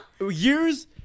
years